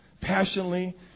Passionately